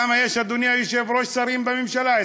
כמה שרים יש, אדוני היושב-ראש, בממשלה?